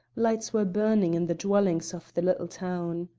lights were burning in the dwellings of the little town.